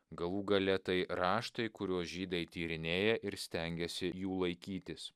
galų gale tai raštai kuriuos žydai tyrinėja ir stengiasi jų laikytis